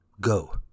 Go